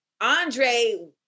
Andre